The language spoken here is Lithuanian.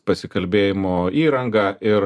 pasikalbėjimo įrangą ir